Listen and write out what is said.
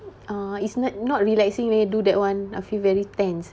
uh it's not not relaxing leh do that one I feel very tense